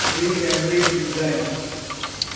વિકેન્દ્રિત design